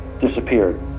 disappeared